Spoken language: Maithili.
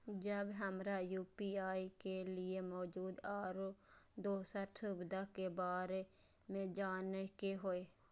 जब हमरा यू.पी.आई के लिये मौजूद आरो दोसर सुविधा के बारे में जाने के होय?